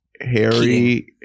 harry